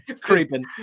creeping